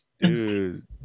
Dude